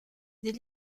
des